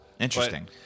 Interesting